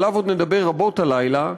שעליו עוד נדבר רבות הלילה,